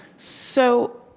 so